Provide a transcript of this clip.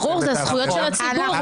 ברור, זה הזכויות של הציבור.